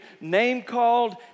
name-called